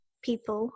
people